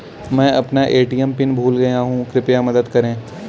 मैं अपना ATM PIN भूल गया हूँ, कृपया मदद करें